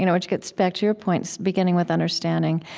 you know which gets back to your point, beginning with understanding.